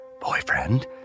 boyfriend